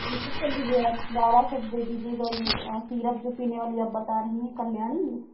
note कर लीजिए आप बारह सेट दे दीजिएगा ये सीरप जो पीने वाली आप बता रही हैं कल्याणी